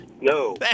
no